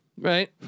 Right